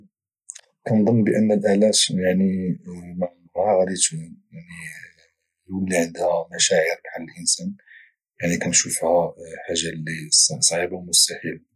اظن بان الالات معمره غادي يولي عندها ولا تكون عندها مشاعر بحال الانسان انا كانشوفها وحاجه اللي صعيبه ومستحيلة